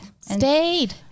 Stayed